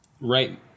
Right